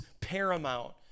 paramount